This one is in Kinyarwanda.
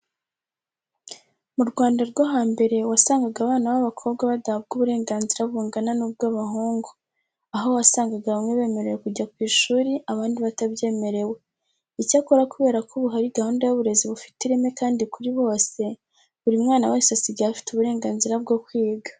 Mu Rwanda rwo hambere wasangaga abana b'abakobwa badahabwa uburenganzira bungana n'ubw'abahungu, aho wasangaga bamwe bemerewe kujya ku ishuri, abandi batabyemerewe. Icyakora kubera ko ubu hari gahunda y'uburezi bufite ireme kandi kuri bose, buri mwana wese asigaye afite uburenganzira bwo kwiga.